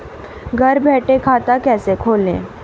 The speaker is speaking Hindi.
घर बैठे खाता कैसे खोलें?